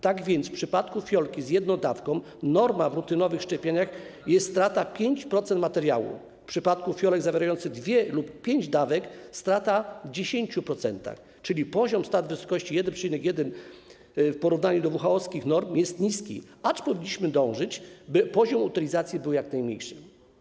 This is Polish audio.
Tak więc w przypadku fiolki z jedną dawką normą w rutynowych szczepieniach jest strata 5% materiałów, w przypadku fiolek zawierających dwie lub pięć dawek - strata 10%, czyli poziom strat w wysokości 1,1% w porównaniu do WHO-wskich norm jest niski, acz powinniśmy dążyć do tego, by poziom utylizacji był jak najniższy.